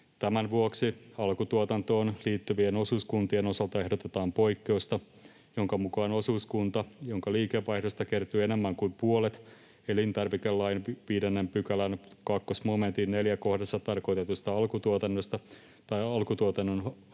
Tämän vuoksi alkutuotantoon liittyvien osuuskuntien osalta ehdotetaan poikkeusta, jonka mukaan osuuskunta, jonka liikevaihdosta kertyy enemmän kuin puolet elintarvikelain 5 §:n 2 momentin 4 kohdassa tarkoitetusta alkutuotannosta tai alkutuotannon hankinnasta,